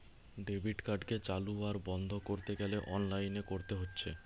debit কার্ডকে চালু আর বন্ধ কোরতে গ্যালে অনলাইনে কোরতে হচ্ছে